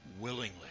willingly